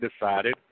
decided